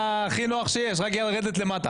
זה היה הכי נוח שיש, רק לרדת למטה.